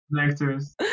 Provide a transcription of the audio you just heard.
actors